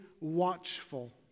watchful